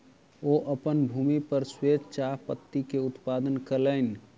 ओ अपन भूमि पर श्वेत चाह पत्ती के उत्पादन कयलैन